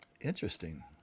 interesting